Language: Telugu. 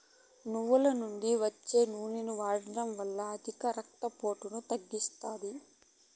నువ్వుల నుండి వచ్చే నూనె వాడడం వల్ల అధిక రక్త పోటును తగ్గిస్తాది